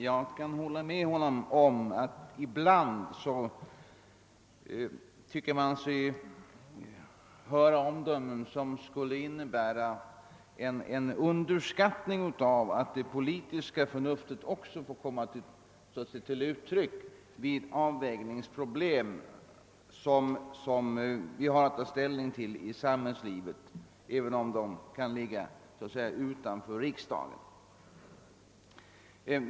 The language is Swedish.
Jag kan hålla med statsrådet Wickman om att man ibland hör omdömen som innebär en underskattning av att det politiska förnuftet också får komma till uttryck i avvägningsproblem i samhället, även om de kan ligga så att säga utanför riksdagen.